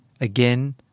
again